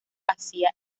hacía